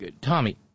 Tommy